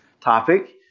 topic